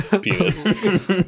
penis